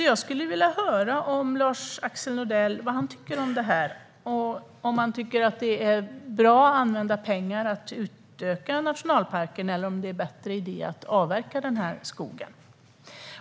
Jag skulle vilja höra vad Lars-Axel Nordell tycker om det, om han tycker att det är väl använda pengar att utöka nationalparken eller om det är en bättre idé att avverka skogen.